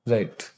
Right